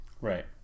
Right